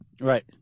Right